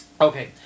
Okay